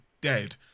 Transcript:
dead